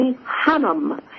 Hanum